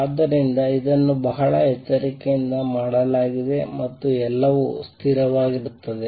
ಆದ್ದರಿಂದ ಇದನ್ನು ಬಹಳ ಎಚ್ಚರಿಕೆಯಿಂದ ಮಾಡಲಾಗಿದೆ ಮತ್ತು ಎಲ್ಲವೂ ಸ್ಥಿರವಾಗಿರುತ್ತದೆ